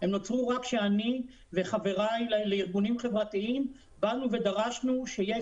הם נוצרי רק כשאני וחבריי לארגונים חברתיים באנו ודרשנו שיהיה